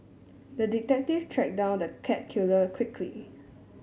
the detective tracked down the cat killer quickly